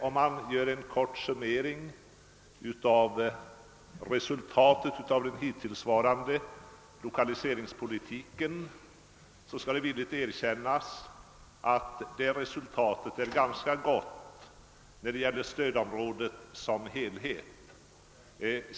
Om man gör en kort summering av resultatet av den hittillsvarande lokaliseringspolitiken, skall det villigt erkännas att resultatet är ganska gott när det gäller stödområdet som helhet.